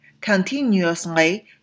continuously